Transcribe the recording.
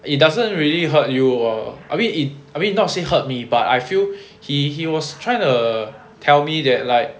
it doesn't really hurt you or are we are we not say hurt me but I feel he he was trying to tell me that like